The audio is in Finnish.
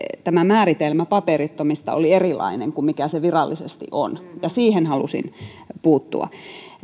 tämä määritelmä paperittomista oli erilainen kuin mikä se virallisesti on ja siihen halusin puuttua